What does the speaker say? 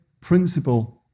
principle